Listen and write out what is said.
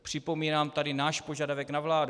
Připomínám tady náš požadavek na vládu.